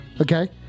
Okay